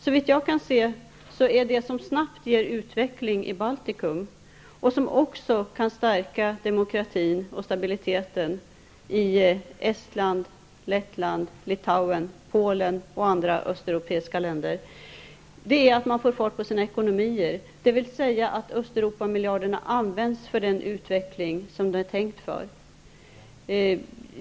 Såvitt jag kan se är det som snabbt ger utveckling i Baltikum och som kan stärka demokratin och stabiliteten i Estland, Lettland, Litauen, Polen och andra östeuropeiska länder att man ser till att de kan få fart på sina ekonomier, dvs. att Östeuropamiljarderna används för den utveckling som de är tänkta för.